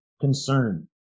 concern